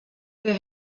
der